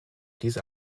diese